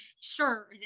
sure